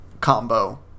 combo